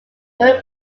during